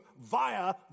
via